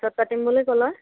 পাছত পাতিম বুলি ক'লে